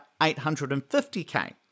850k